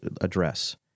address